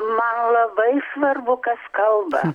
man labai svarbu kas kalba